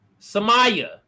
Samaya